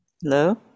Hello